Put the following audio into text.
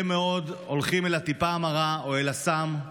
מאוד הולכים אל הטיפה המרה או אל הסם,